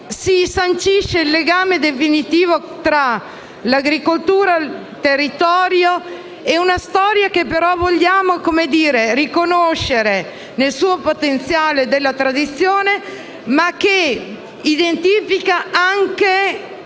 si sancisce il legame definitivo tra l'agricoltura, il territorio e una storia che vogliamo riconoscere nel potenziale della tradizione, ma che si identifica anche